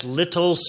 little